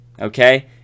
okay